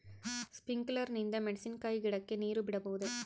Sprinkler ನಿಂದ ಮೆಣಸಿನಕಾಯಿ ಗಿಡಕ್ಕೆ ನೇರು ಬಿಡಬಹುದೆ?